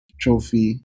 trophy